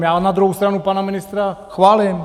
Já na druhou stranu pana ministra chválím.